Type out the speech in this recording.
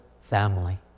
family